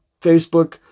facebook